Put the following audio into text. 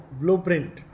blueprint